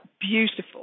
Beautiful